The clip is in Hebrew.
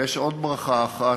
ויש עוד ברכה אחת: